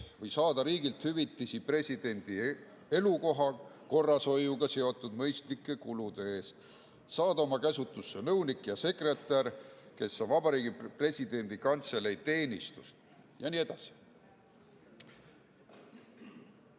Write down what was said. või saada riigilt hüvitist presidendi elukoha korrashoiuga seotud mõistlike kulude eest; saada oma käsutusse nõunik ja sekretär, kes on Vabariigi Presidendi Kantselei teenistujad." Ja nii